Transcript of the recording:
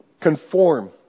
conform